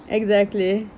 exactly